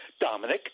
Dominic